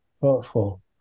thoughtful